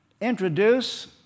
introduce